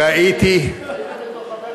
היית, בתור חבר כנסת, זקן.